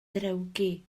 drewgi